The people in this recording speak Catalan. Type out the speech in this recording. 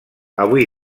avui